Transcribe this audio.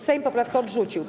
Sejm poprawkę odrzucił.